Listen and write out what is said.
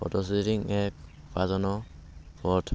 photo shooting এক উপাৰ্জনৰ পথ